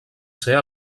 ser